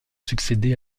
succédé